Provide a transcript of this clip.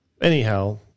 Anyhow